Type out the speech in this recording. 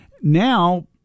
Now